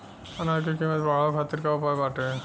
अनाज क कीमत बढ़ावे खातिर का उपाय बाटे?